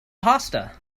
pasta